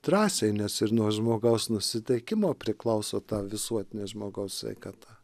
drąsiai nes ir nuo žmogaus nusiteikimo priklauso ta visuotinė žmogaus sveikata